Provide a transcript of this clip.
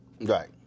Right